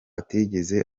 atigeze